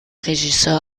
regisseur